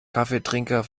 kaffeetrinker